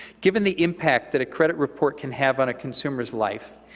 given the impact that a credit report can have on a consumer's life,